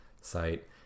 site